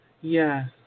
Yes